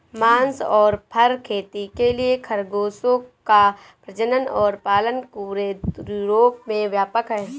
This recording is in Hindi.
मांस और फर खेती के लिए खरगोशों का प्रजनन और पालन पूरे यूरोप में व्यापक है